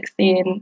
16